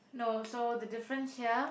no so the difference here